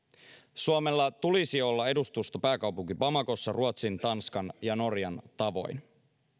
suomella tulisi olla edustusto pääkaupunki bamakossa ruotsin tanskan ja norjan tavoin